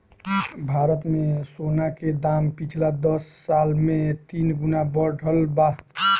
भारत मे सोना के दाम पिछला दस साल मे तीन गुना बढ़ल बा